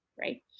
right